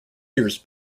years